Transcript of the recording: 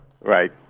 Right